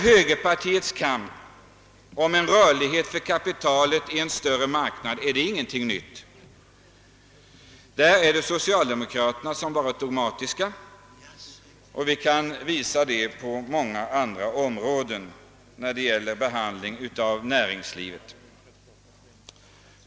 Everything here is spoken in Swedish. Högerpartiets kamp för en ökad rörlighet för kapitalet i en stormarknad är heller ingenting nytt. På den punkten är det socialdemokraterna som varit dogmatiska. Vi kan påvisa att socialdemokraterna varit lika dogmatiska vid behandlingen av många andra näringsproblem.